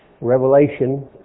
Revelation